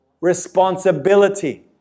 responsibility